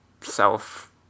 self